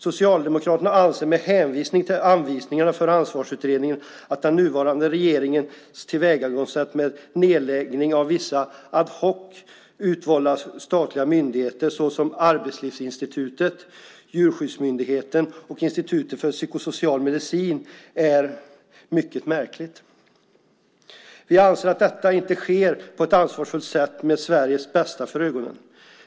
Socialdemokraterna anser, med hänvisning till anvisningarna för Ansvarsutredningen, att den nuvarande regeringens tillvägagångssätt med nedläggning av vissa ad hoc-utvalda statliga myndigheter, såsom Arbetslivsinstitutet, Djurskyddsmyndigheten och Institutet för Psykosocial Medicin, är mycket märkligt. Vi anser att detta inte sker på ett ansvarsfullt sätt med Sveriges bästa för ögonen.